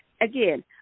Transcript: again